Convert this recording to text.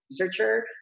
researcher